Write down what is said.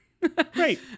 Great